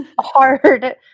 hard